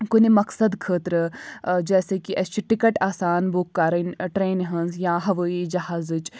کُنہِ مقصد خٲطرٕ جیسے کہِ اَسہِ چھِ ٹِکَٹ آسان بُک کَرٕنۍ ٹرٛینہِ ہٕنٛز یا ہَوٲیی جَہازٕچ